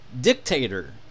dictator